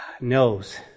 knows